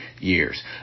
years